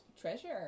treasure